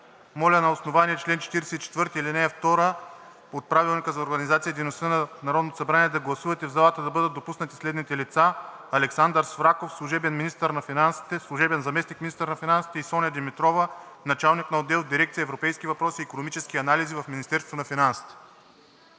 Моля на основание чл. 44, ал. 2 от Правилника за организацията и дейността на Народното събрание да гласувате в залата да бъдат допуснати следните лица: Александър Свраков – служебен заместник-министър на финансите и Соня Димирова – началник на отдел „Дирекция европейски въпроси и икономически анализи“ в Министерството на финансите.